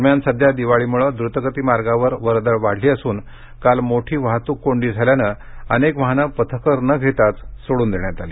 दरम्यान सध्या दिवाळीमुळे द्रुतगती मार्गावर वर्दळ वाढली असून काल मोठी वाहतुक कोंडी झाल्यानं अनेक वाहनं पथकर न घेताच सोडून देण्यात आली